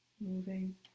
moving